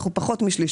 אנחנו פחות משליש.